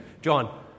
John